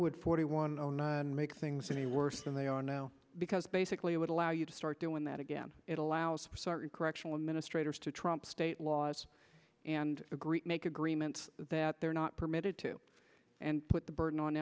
ould forty one make things any worse than they are now because basically it would allow you to start doing that again it allows for certain correctional administrator to trump state laws and agree to make agreements that they're not permitted to and put the burden on